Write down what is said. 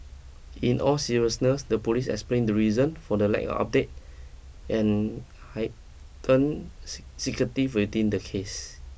in all seriousness the Police explainrf the reason for the lack of update and heightenrf secrecy within the case